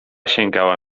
sięgała